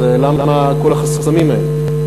אז למה כל החסמים האלה?